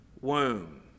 womb